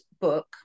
book